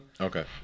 Okay